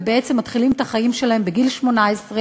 ובעצם מתחילים את החיים שלהם בגיל 18,